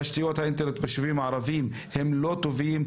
תשתיות האינטרנט ביישובים הערביים אינן טובות,